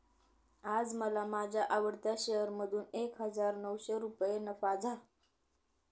आज मला माझ्या आवडत्या शेअर मधून एक हजार नऊशे रुपये नफा झाला